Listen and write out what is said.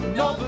no